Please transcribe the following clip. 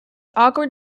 awkward